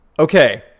Okay